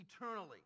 eternally